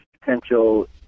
potential